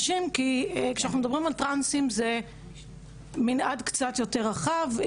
נשים היא שכשאנחנו מדברים על טרנסים זה מנעד קצת יותר רחב.